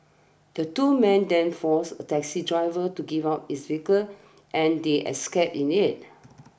the two men then forced a taxi driver to give up his vehicle and they escaped in it